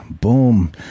boom